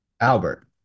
Albert